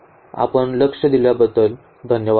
आपण लक्ष दिल्याबद्दल धन्यवाद